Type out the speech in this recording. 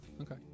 Okay